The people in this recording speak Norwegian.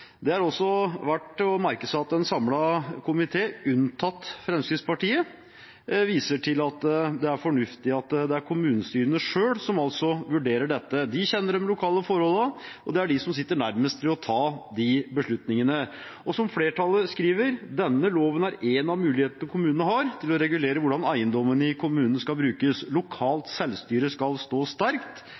Det er også verdt å merke seg at en samlet komité – unntatt Fremskrittspartiet – viser til at det er fornuftig at det er kommunestyrene selv som vurderer dette. De kjenner de lokale forholdene, og det er de som sitter nærmest til å ta disse beslutningene. Som flertallet skriver: «Denne loven er en av mulighetene kommunene har til å regulere hvordan eiendommene i kommunen skal brukes. Lokalt selvstyre skal stå sterkt.